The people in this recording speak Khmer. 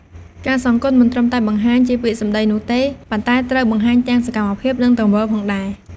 ការសងគុណមិនត្រឹមតែបង្ហាញជាពាក្យសម្ដីនោះទេ ប៉ុន្តែត្រូវបង្ហាញទាំងសកម្មភាពនិង ទង្វើផងដែរ។